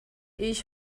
ich